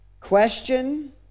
Question